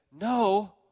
No